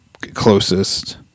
closest